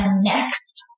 next